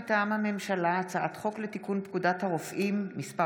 מטעם הממשלה: הצעת חוק לתיקון פקודת הרופאים (מס'